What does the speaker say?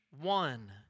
one